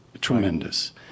tremendous